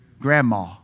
Grandma